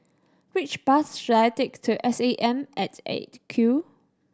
which bus should I take to S A M at Eight Q